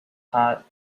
hot